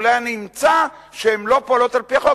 אולי אני אמצא שהן לא פועלות על-פי החוק,